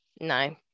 no